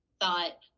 thought